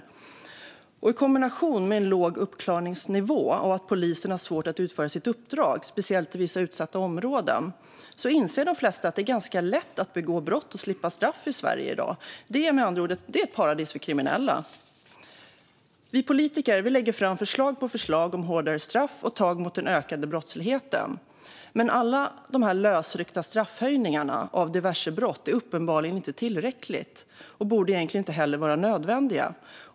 De flesta inser att detta i kombination med en låg uppklaringsnivå och att polisen har svårt att utföra sitt uppdrag, speciellt i vissa utsatta områden, gör det ganska lätt att begå brott och slippa straff i Sverige i dag. Sverige är med andra ord ett paradis för kriminella. Vi politiker lägger fram förslag på förslag om strängare straff och hårdare tag mot den ökade brottsligheten. Men alla dessa lösryckta straffhöjningar för diverse brott är uppenbarligen inte tillräckliga, och de borde egentligen inte vara nödvändiga.